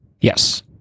Yes